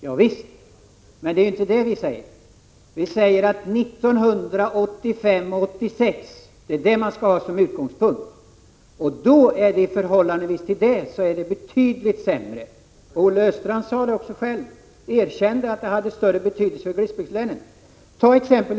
Ja visst, men det är ju inte 1978 vi jämför med. Vi säger att det är 1985/86 man skall ha som utgångspunkt, och jämfört med de förhållanden som rådde då är det nu betydligt sämre. Olle Östrand erkände att statsbidraget har större betydelse för glesbygdslänen.